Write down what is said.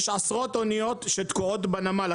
יש עשרות אוניות שתקועות בנמל.